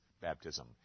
baptism